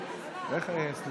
רוב מיידי האבנים